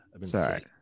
Sorry